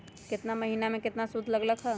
केतना महीना में कितना शुध लग लक ह?